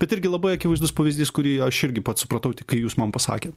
bet irgi labai akivaizdus pavyzdys kurį aš irgi pats supratau tik kai jūs man pasakėt